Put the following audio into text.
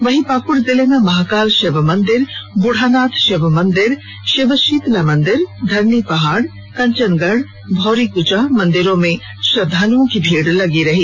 वहीं पाकड़ जिले में महाकाल शिव मंदिर बुढानाथ शिव मंदिर शिव शीतला मंदिर धरनी पहाड कंचन गढ भौरी कचा मंदिरों में श्रद्धालुओं की भीड रही